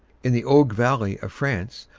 in the auge valley of france,